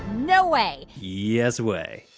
no way yes way